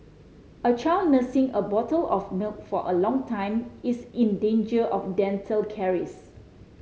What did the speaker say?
a child nursing a bottle of milk for a long time is in danger of dental caries